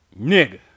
nigga